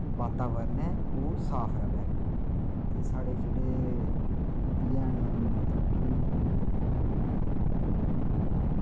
वातावरण ऐ ओह् साफ र'वै ते साढ़े जेह्ड़े एह्बी हैन मतलब कि